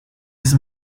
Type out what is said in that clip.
his